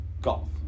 Golf